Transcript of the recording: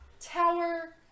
tower